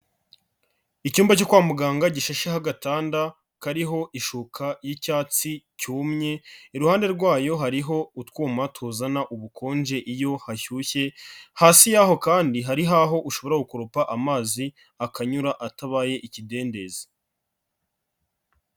Icyumba cyo kwa muganga gishasheho agatanda kariho ishuka y'icyatsi cyumye, iruhande rwayo hariho utwuma tuzana ubukonje iyo hashyushye, hasi yaho kandi hariho aho ushobora gukoropa amazi akanyura atabaye ikidendezi.